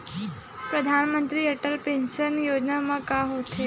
परधानमंतरी अटल पेंशन योजना मा का होथे?